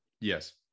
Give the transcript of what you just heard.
Yes